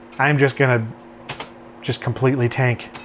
i am just going to just completely tank.